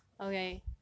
okay